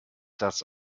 das